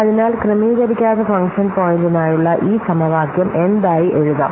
അതിനാൽ ക്രമീകരിക്കാത്ത ഫംഗ്ഷൻ പോയിന്റിനായുള്ള ഈ സമവാക്യം എന്തായി എഴുതാം